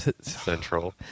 Central